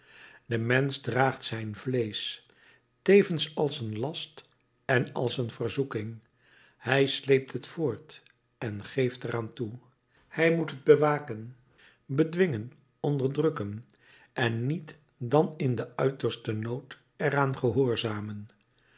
de mensch draagt zijn vleesch tevens als een last en als een verzoeking hij sleept het voort en geeft er aan toe hij moet het bewaken bedwingen onderdrukken en niet dan in den uitersten nood er aan gehoorzamen